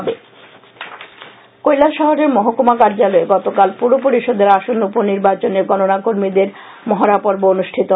উপ নির্বাচন কৈলাসহরের মহকুমা কার্যালয়ে গতকাল পুর পরিষদের আসন্ন উপ নির্বাচনের গণনা কর্মীদের মহডা পর্ব অনুষ্ঠিত হয়